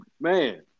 Man